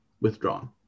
withdrawn